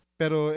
pero